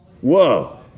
Whoa